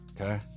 Okay